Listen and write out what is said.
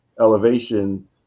Elevation